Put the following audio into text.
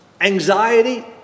anxiety